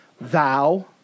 thou